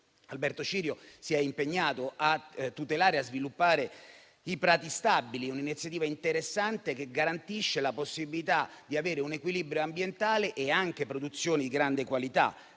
Alberto Cirio, si è impegnato a tutelare e sviluppare i prati stabili; un'iniziativa interessante che garantisce la possibilità di avere un equilibrio ambientale e produzioni di grande qualità.